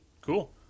Cool